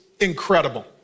Incredible